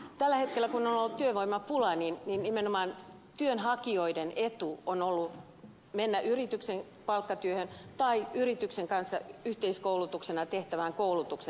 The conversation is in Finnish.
tällä hetkellä kun on ollut työvoimapula nimenomaan työnhakijoiden etu on ollut mennä yrityksen palkkatyöhön tai yrityksen kanssa yhteiskoulutuksena tehtävään koulutukseen